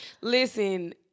listen